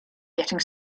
getting